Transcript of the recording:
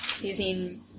using